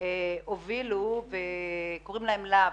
- שהובילו וקוראים להם לה"ב,